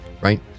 right